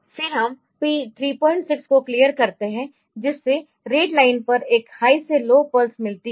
फिर हम P36 को क्लियर करते है जिससे रीड लाइन पर एकहाई से लो पल्स मिलती है